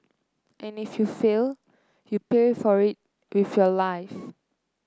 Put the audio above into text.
and if you fail you pay for it with your life